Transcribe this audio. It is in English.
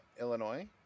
Illinois